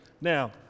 Now